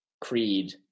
Creed